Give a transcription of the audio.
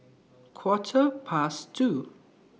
Quarter Past two